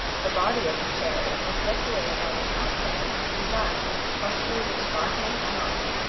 the body of the chariot was decorated on the outside with designs in clusters of sparkling emeralds,